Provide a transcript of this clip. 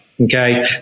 Okay